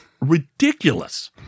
ridiculous